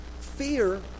Fear